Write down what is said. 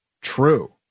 True